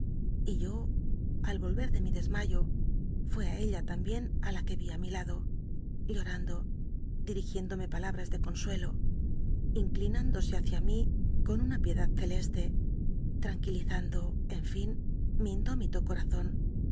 y yo al volret de mi desmayo f'ué á ella lambien it la que vi ií mi lado llorando dirigiéndome palabras de consuelo inclinándose hácia mi con una piedad celeste tranquilizando en fin mi indómi